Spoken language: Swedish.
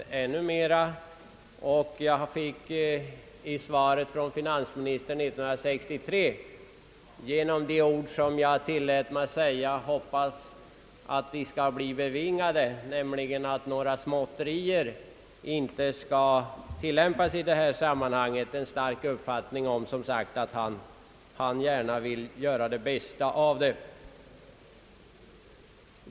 När jag 1963 fick svar från finansministern tillät jag mig understryka några ord, som jag hoppas skall bli bevingade, nämligen att »några småtterier inte skall tillämpas i detta sammanhang». Av svaret fick jag en bestämd uppfattning om att han gärna vill göra det bästa av saken.